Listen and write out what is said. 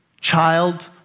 child